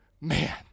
Man